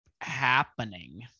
happening